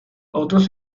otros